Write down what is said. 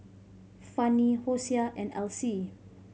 Fannie Hosea and Alcee